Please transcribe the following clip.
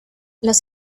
los